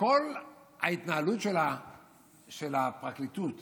שכל ההתנהלות של הפרקליטות